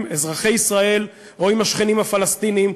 אזרחי ישראל או עם השכנים הפלסטינים,